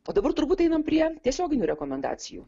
o dabar turbūt einam prie tiesioginių rekomendacijų